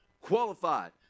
qualified